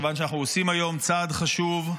כיוון שאנחנו עושים היום צעד חשוב,